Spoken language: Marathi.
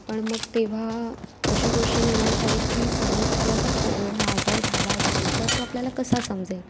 पण मग तेव्हा अशी गोष्ट निर्माण झाली की समोरच्याला जर कोविड हा आजार झाला असेल तर तो आपल्याला कसा समजेल